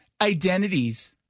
Identities